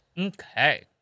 Okay